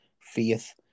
faith